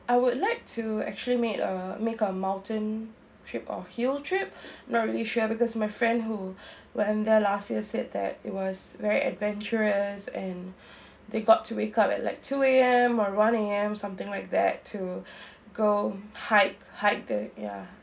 I would like to actually make a make a mountain trip or hill trip not really sure because my friend who went their last year said that it was very adventurous and they got to wake up at like two A_M or one A_M something like that to go hike hike the ya